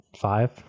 five